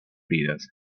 vidas